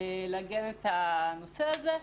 לעגן את הנושא הזה,